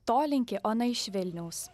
to linki ona iš vilniaus